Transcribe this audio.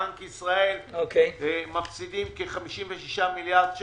בנק ישראל מפסידים כ-56 מיליארד.